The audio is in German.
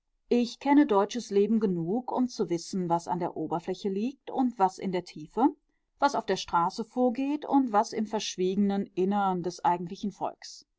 ich kenne deutsches leben genug um zu wissen was an der oberfläche liegt und was in der tiefe was auf der straße vorgeht und was im verschwiegenen innern des eigentlichen volks